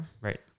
Right